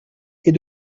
est